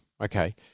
okay